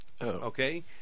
Okay